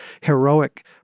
heroic